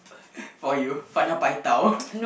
for you Fana paitao